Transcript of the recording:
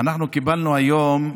אנחנו קיבלנו היום מסמך,